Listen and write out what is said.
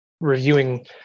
reviewing